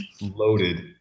loaded